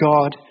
God